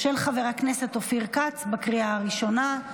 של חבר הכנסת אופיר כץ, לקריאה הראשונה.